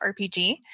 RPG